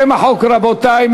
שם החוק, רבותי.